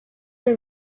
her